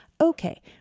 Okay